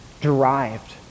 derived